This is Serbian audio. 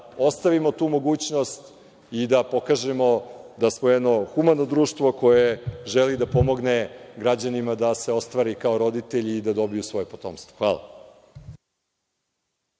ostavimo tu mogućnost i da pokažemo da smo jedno humano društvo koje želi da pomogne građanima da se ostvare kao roditelji i da dobiju svoje potomstvo. Hvala.